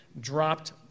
Dropped